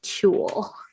cool